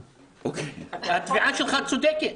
--- התביעה שלך צודקת,